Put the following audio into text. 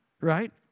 right